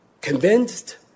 convinced